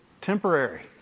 temporary